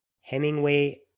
Hemingway